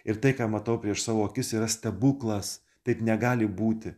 ir tai ką matau prieš savo akis yra stebuklas taip negali būti